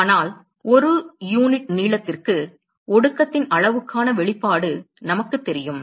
ஆனால் ஒரு யூனிட் நீளத்திற்கு ஒடுக்கத்தின் அளவுக்கான வெளிப்பாடு நமக்குத் தெரியும்